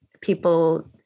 people